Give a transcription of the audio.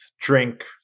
drink